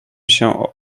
się